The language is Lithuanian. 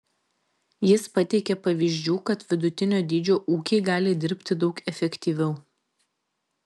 jis pateikė pavyzdžių kad vidutinio dydžio ūkiai gali dirbti daug efektyviau